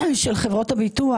של חברות הביטוח.